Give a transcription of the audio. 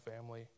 family